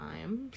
time